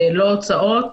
לא הוצאות,